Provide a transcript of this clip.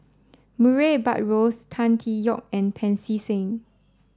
Murray Buttrose Tan Tee Yoke and Pancy Seng